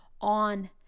on